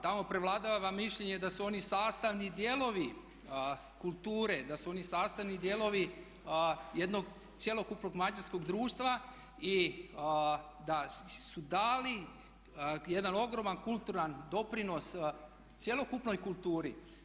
Tamo prevladava mišljenje da su oni sastavni dijelovi kulture, da su oni sastavni dijelovi jednog cjelokupnog mađarskog društva i da su dali jedan ogroman kulturan doprinos cjelokupnoj kulturi.